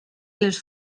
les